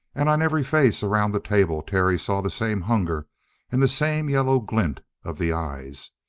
and on every face around the table terry saw the same hunger and the same yellow glint of the eyes.